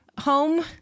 home